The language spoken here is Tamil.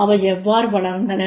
அவை எவ்வாறு வளர்ந்தன